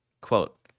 Quote